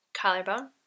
Collarbone